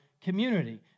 community